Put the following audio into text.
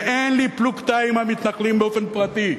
ואין לי פלוגתא עם המתנחלים באופן פרטי,